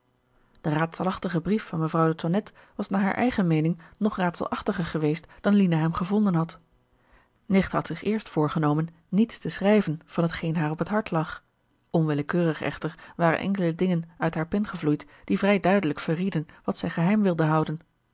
de raadselachtige brief van mevrouw de tonnette was naar haar eigen meening nog raadselachtiger geweest dan lina hem gevonden had nicht had zich eerst voorgenomen niets te schrijven van hetgeen haar op het hart lag onwillekeurig echter waren enkele dingen uit hare pen gevloeid die vrij duidelijk verrieden wat zij geheim wilde houden